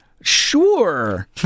sure